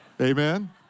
Amen